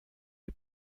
est